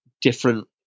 different